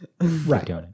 Right